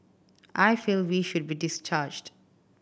I feel we should be discharged